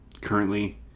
Currently